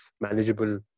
manageable